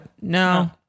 No